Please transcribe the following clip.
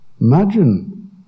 Imagine